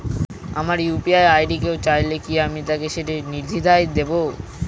আমার UPI ID কেউ চাইলে কি আমি তাকে সেটি নির্দ্বিধায় দেব?